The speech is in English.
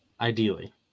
Ideally